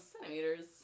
centimeters